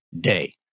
day